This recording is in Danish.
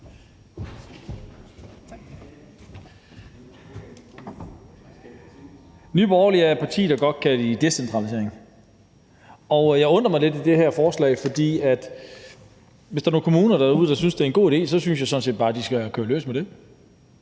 Nye Borgerlige er et parti, der godt kan lide decentralisering, og jeg undrer mig lidt over det her forslag, for hvis der er nogle kommuner derude, der synes, det er en god idé, synes jeg sådan set bare, de skal køre løs med det.